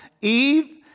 Eve